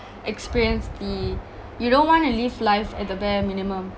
experience the you don't want to live life at the bare minimum